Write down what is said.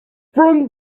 from